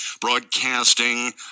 broadcasting